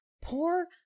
poor